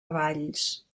valls